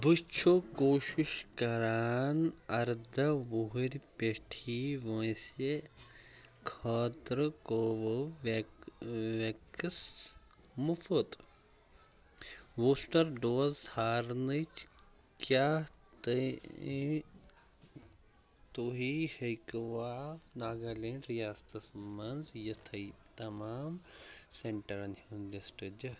بہٕ چھُ کوٗشِش کران اَرداہ وُہُرۍ پیٚٹھی وٲنٛسہِ خٲطرٕ کو وٮ۪ک وٮ۪کس مُفٕط بوٗسٹر ڈوز ژھارنٕچ کیٛاہ تُہۍ ہیٚکوا ناگالینٛڈ ریاستس مَنٛز یِتھٕے تمام سینٹرن ہُنٛد لِسٹ دِتھ